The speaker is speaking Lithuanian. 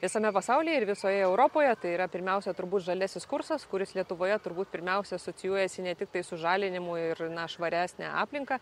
visame pasaulyje ir visoje europoje tai yra pirmiausia turbūt žaliasis kursas kuris lietuvoje turbūt pirmiausia asocijuojasi ne tiktai su žalinimu ir na švaresne aplinka